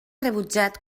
rebutjat